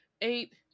eight